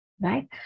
Right